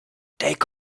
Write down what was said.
take